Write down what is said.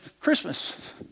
Christmas